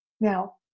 Now